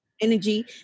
energy